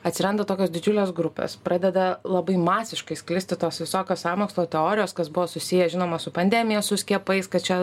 atsiranda tokios didžiulės grupės pradeda labai masiškai sklisti tos visokios sąmokslo teorijos kas buvo susiję žinoma su pandemija su skiepais kad čia